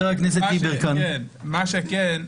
מה שכן,